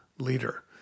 Leader